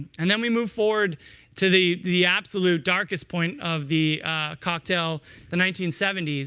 and then we move forward to the the absolute darkest point of the cocktail the nineteen seventy s.